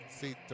See